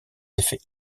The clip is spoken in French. effets